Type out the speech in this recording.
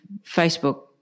Facebook